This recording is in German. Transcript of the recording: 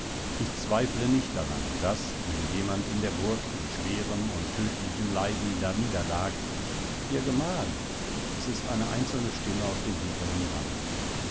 ich zweifle nicht daran daß wenn jemand in der burg in schwerem und tödlichem leiden daniederlag ihr gemahl es ist eine einzelne stimme aus den hinteren reihen